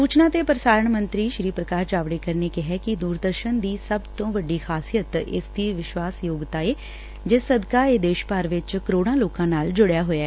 ਸੂਚਨਾ ਤੇ ਪ੍ਸਾਰਣ ਮੰਤਰੀ ਪ੍ਕਾਸ਼ ਜਾਵੜੇਕਰ ਨੇ ਕਿਹਾ ਕਿ ਦੂਰਦਸ਼ਰਨ ਦੀ ਸਭ ਤੋਂ ਵੱਡੀ ਖਾਸੀਅਤ ਇਸ ਦੀ ਵਿਸ਼ਵਾਸ ਯੋਗਤਾ ਏ ਜਿਸ ਸਦਕਾ ਇਹ ਦੇਸ਼ ਭਰ ਵਿਚ ਕਰੋਤਾਂ ਲੋਕਾਂ ਨਾਲ ਜੁੜਿਆ ਹੋਇਐ